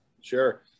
sure